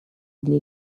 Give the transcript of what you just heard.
для